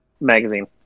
magazine